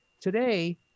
Today